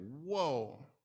whoa